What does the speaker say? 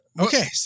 okay